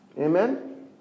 Amen